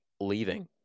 leaving